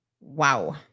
wow